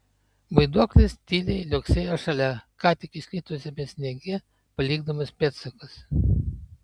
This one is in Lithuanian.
vaiduoklis tyliai liuoksėjo šalia ką tik iškritusiame sniege palikdamas pėdsakus